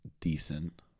decent